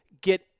get